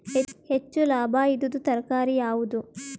ಹೆಚ್ಚು ಲಾಭಾಯಿದುದು ತರಕಾರಿ ಯಾವಾದು?